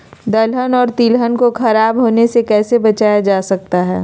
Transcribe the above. दलहन और तिलहन को खराब होने से कैसे बचाया जा सकता है?